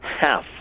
half